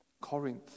Corinth